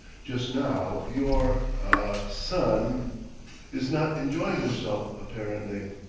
just now your er son is not enjoying himself apparently,